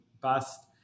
bust